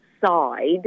side